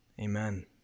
Amen